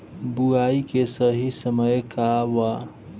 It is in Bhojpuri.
बुआई के सही समय का वा?